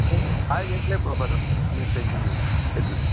okay आयज येतलें पात्रांव तुमी टेन्शन घेवनाका येतलें